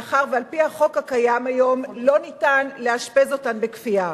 מאחר שעל-פי החוק הקיים היום לא ניתן לאשפז אותן בכפייה.